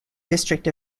district